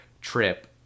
trip